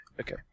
Okay